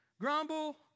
Grumble